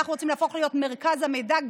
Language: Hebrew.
אנחנו רוצים להפוך להיות מרכז המידע,